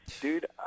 Dude